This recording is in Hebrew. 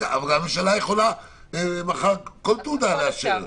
הממשלה יכולה מחר לאשר כל תעודה.